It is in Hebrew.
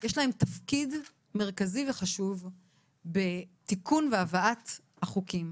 יש תפקיד מרכזי וחשוב בתיקון והבאת החוקים.